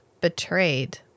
betrayed